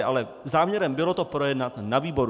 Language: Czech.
Ale záměrem bylo to projednat na výboru.